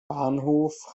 bahnhof